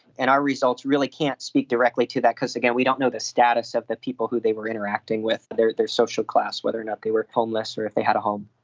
and our results really can't speak directly to that because, again, we don't know the status of the people who they were interacting with, their their social class, whether or not they were homeless or if they had a home.